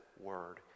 word